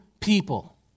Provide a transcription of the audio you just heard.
people